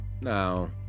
Now